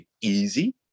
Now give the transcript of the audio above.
easy